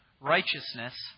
righteousness